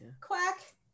Quack